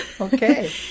Okay